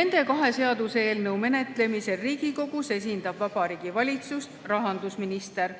Nende kahe seaduseelnõu menetlemisel Riigikogus esindab Vabariigi Valitsust rahandusminister.